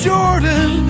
Jordan